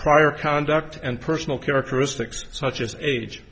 prior conduct and personal characteristics such as age